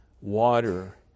water